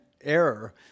error